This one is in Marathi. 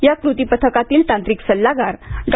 या कृती पथकातील तांत्रिक सल्लागार डॉ